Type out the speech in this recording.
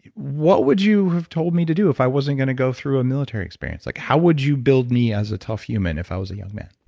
what would you have told me to do if i wasn't going to go through a military experience? like how would you build me as a tough human if i was a young man?